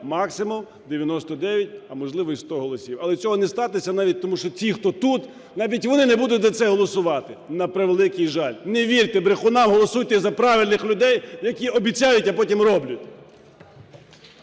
максимум 99, а можливо і 100 голосів. Але цього не станеться навіть тому що ці, хто тут, навіть вони не будуть за це голосувати, на превеликий жаль. Не вірте брехунам, голосуйте за правильних людей, які обіцяють, а потім роблять.